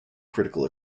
critical